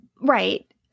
right